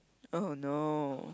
oh no